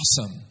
awesome